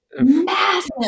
massive